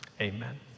Amen